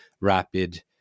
rapid